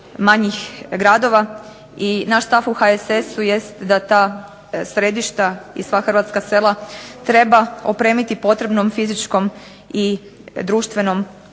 I naš stav u HSS-u jest da ta središta i sva hrvatska sela treba opremiti potrebnom fizičkom i društvenom